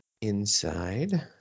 Inside